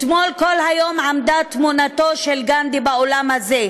אתמול כל היום עמדה תמונתו של גנדי באולם הזה.